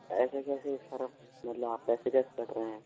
ऐसे कैसे सर अब मतलब आप पैसे कैसे कट रहे हैं